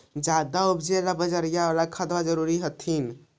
ज्यादा उपजाबे ला बजरिया बाला खदबा जरूरी हखिन न?